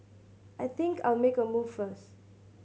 I think I'll make a move first